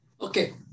Okay